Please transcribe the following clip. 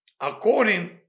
according